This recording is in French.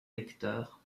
lecteur